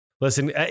listen